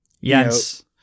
Yes